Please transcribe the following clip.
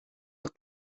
mijn